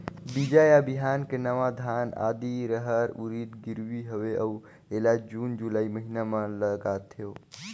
बीजा या बिहान के नवा धान, आदी, रहर, उरीद गिरवी हवे अउ एला जून जुलाई महीना म लगाथेव?